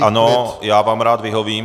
Ano, já vám rád vyhovím.